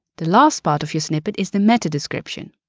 the last part of your snippet is the meta description.